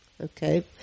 Okay